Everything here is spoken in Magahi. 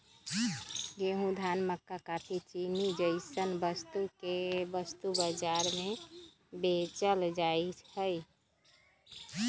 गेंहूं, धान, मक्का काफी, चीनी जैसन वस्तु के वस्तु बाजार में बेचल जा हई